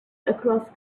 across